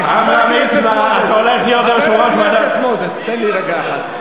תן לי רגע אחד.